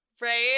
Right